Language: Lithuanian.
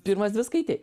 pirmas dvi skaitei